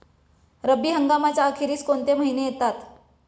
रब्बी हंगामाच्या अखेरीस कोणते महिने येतात?